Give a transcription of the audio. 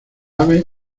aves